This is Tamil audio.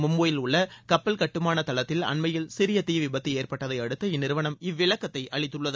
மும்பையில் உள்ள கப்பல் கட்டுமான தளத்தில் அண்மையில் சிறிய தீ விபத்து ஏற்பட்டதை அடுத்து இந்நிறுவனம் இவ்விளக்கத்தை அளித்துள்ளது